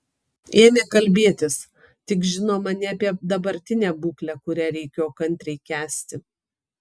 ėmė kalbėtis tik žinoma ne apie dabartinę būklę kurią reikėjo kantriai kęsti